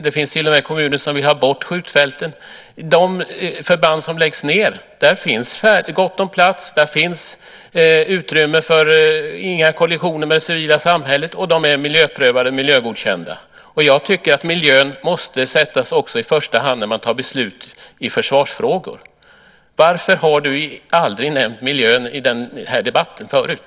Det finns till och med kommuner som vill ha bort skjutfälten. När det gäller de förband som läggs ned finns det gott om plats. Det finns utrymme för att slippa kollisioner med det civila samhället, och de är miljöprövade och miljögodkända. Jag tycker att miljön måste sättas i första hand också när man tar beslut i försvarsfrågor. Varför har du aldrig nämnt miljön i den här debatten förut?